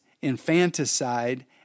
infanticide